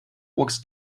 walks